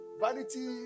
Vanity